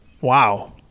Wow